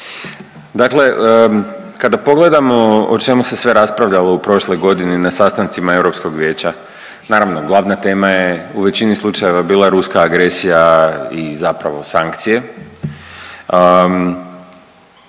Dakle kada pogledamo o čemu se sve raspravljalo u prošloj godini na sastancima Europskog vijeća, naravno glavna tema je u većini slučajeva bila ruska agresija i zapravo sankcije.